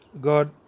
God